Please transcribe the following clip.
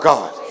God